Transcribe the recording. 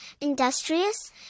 industrious